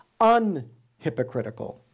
unhypocritical